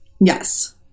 yes